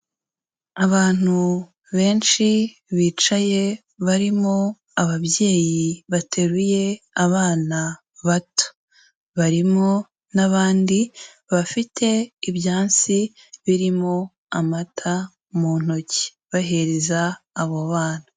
Abantu benshi bicaye, barimo ababyeyi bateruye abana bato, barimo n'abandi bafite ibyansi birimo amata mu ntoki, bahereza abo bana.